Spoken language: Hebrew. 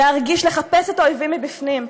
לחפש את האויבים מבפנים,